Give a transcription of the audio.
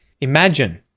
Imagine